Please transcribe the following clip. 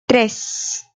tres